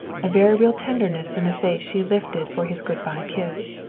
a very real tenderness in the face she lifted for his good-by kiss.